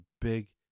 big